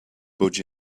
budge